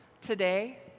today